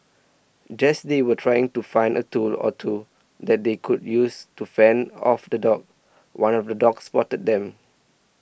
just they were trying to find a tool or two that they could use to fend off the dogs one of the dogs spotted them